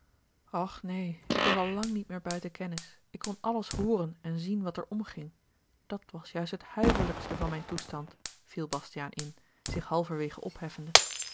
och neen ik was al lang niet meer buiten kennis ik kon oussaint e elftsche hooren en zien wat er omging dat was juist het huiverlijkste van mijn toestand viel bastiaan in zich halverwege opheffende